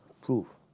proof